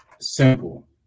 simple